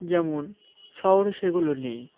যেমন শহরে সেগুলো নেই